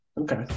Okay